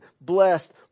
blessed